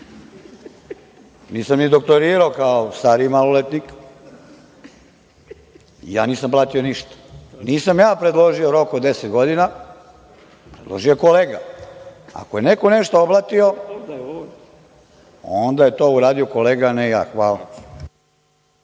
nisam ni doktorirao kao stari maloletnik. Ja nisam blatio ništa. Nisam ja predložio rok od 10 godina, predložio je kolega. Ako je neko nešto oblatio, onda je to uradio kolega, a ne ja. Hvala.